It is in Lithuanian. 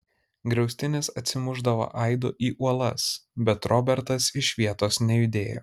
griaustinis atsimušdavo aidu į uolas bet robertas iš vietos nejudėjo